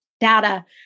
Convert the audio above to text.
data